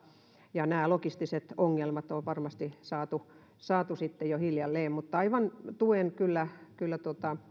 ja logistiset ongelmat on varmasti saatu saatu sitten jo hiljalleen kuntoon mutta aivan tuen kyllä kyllä